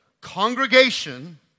congregation